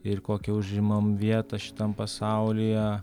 ir kokią užimam vietą šitam pasaulyje